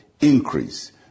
increase